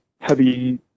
heavy